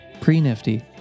Pre-Nifty